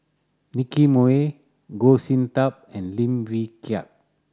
Nicky Moey Goh Sin Tub and Lim Wee Kiak